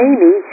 Amy